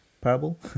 parable